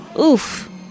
Oof